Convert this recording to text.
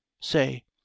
say